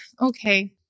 okay